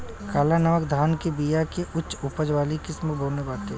काला नमक धान के बिया के उच्च उपज वाली किस्म कौनो बाटे?